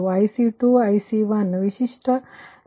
IC1 ಮತ್ತುIC2 ವಿಶಿಷ್ಟ ಲಕ್ಷಣ ಹೊಂದಿದೆ ಇದು ಮೊದಲನೆಯದು